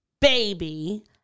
baby